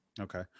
Okay